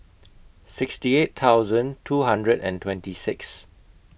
sixty eight thousand two hundred and twenty six